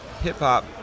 hip-hop